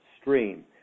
stream